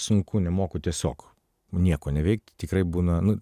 sunku nemoku tiesiog nieko neveikti tikrai būna nu